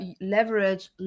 leverage